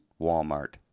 Walmart